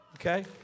Okay